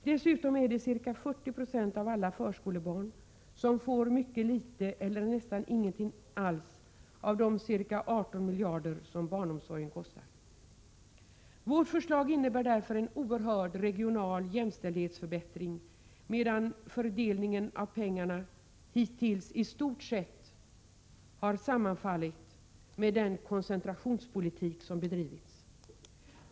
Dessutom är det ca 40 96 av alla förskolebarn som får mycket litet eller nästan ingenting alls av de ca 18 miljarder som barnomsorgen kostar. Vårt förslag innebär därför en oerhörd regional jämställdhetsförbättring, medan fördelningen av pengarna hittills i stort sett har sammanfallit med den koncentrationspolitik som bedrivits.